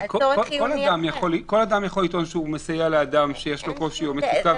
כל אדם יכול לטעון שהוא מסייע לאדם שיש לו קושי או מצוקה,